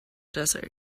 desert